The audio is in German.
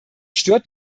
stört